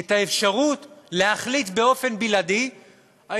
את האפשרות להחליט באופן בלעדי אם